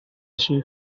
així